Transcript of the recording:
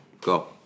Go